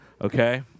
okay